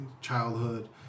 childhood